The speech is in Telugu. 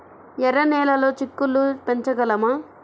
ఎర్ర నెలలో చిక్కుళ్ళు పెంచగలమా?